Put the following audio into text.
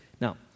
Now